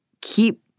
keep